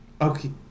Okay